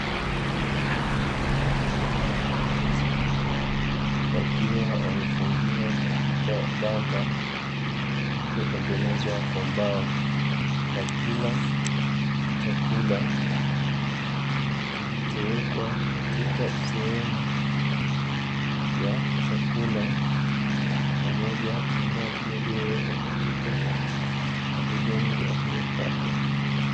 Wanyama aina ya mbuzi wakiwa wamefungiwa katika banda lililotengenezwa kwa mbao, wakila chakula kilichowekwa katika sehemu ya chakula pamoja na maji yaliyowekwa katika mageleni yaliyokatwa.